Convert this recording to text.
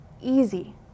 Easy